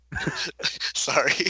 Sorry